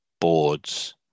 boards